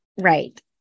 Right